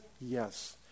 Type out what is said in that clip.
Yes